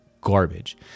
garbage